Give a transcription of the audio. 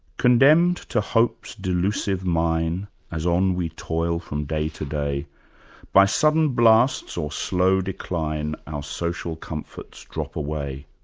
condemned to hope's delusive mine as on we toil from day to day by sudden blasts or slow decline our social comforts drop away.